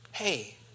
hey